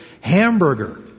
hamburger